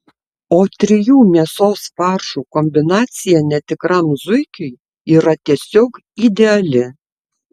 o trijų mėsos faršų kombinacija netikram zuikiui yra tiesiog ideali